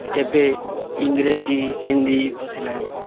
ଏବେ ଇଂରାଜୀ ହିନ୍ଦୀ ପଶିଲାଣି